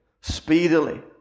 speedily